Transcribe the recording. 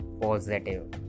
positive